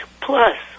plus